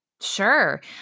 Sure